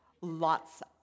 Lots